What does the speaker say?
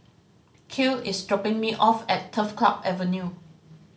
Kiel is dropping me off at Turf Club Avenue